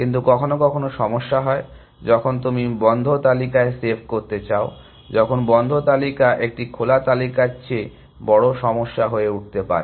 কিন্তু কখনও কখনও সমস্যা হয় যখন তুমি বন্ধ তালিকায় সেভ করতে চাও যখন বন্ধ তালিকা একটি খোলা তালিকার চেয়ে বড় সমস্যা হয়ে উঠতে পারে